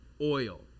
oil